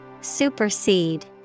Supersede